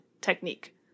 technique